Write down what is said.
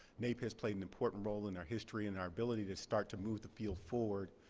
naep has played an important role in our history and our ability to start to move to field forward.